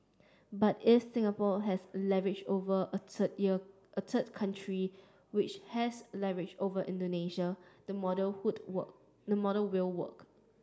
but if Singapore has leverage over a third year a third country which has leverage over Indonesia the model would work the model will work